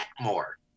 more